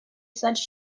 such